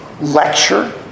lecture